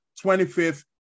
25th